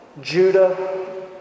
Judah